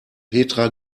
petra